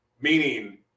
Meaning